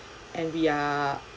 and we are